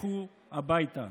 לכו הביתה.